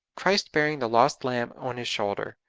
christ bearing the lost lamb on his shoulder,